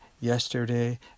yesterday